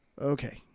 okay